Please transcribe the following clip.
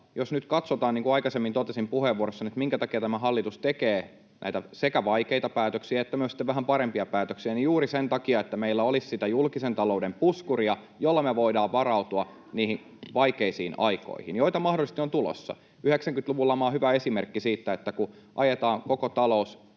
jos nyt katsotaan, niin kuin aikaisemmin totesin puheenvuorossani, että minkä takia tämä hallitus tekee näitä, sekä vaikeita päätöksiä että myös vähän parempia päätöksiä, niin juuri sen takia, että meillä olisi sitä julkisen talouden puskuria, jolla me voidaan varautua niihin vaikeisiin aikoihin, joita mahdollisesti on tulossa. 90-luvun lama on hyvä esimerkki siitä, että kun ajetaan koko talous